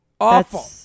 Awful